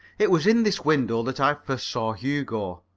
it was in this window that i first saw hugo.